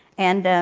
and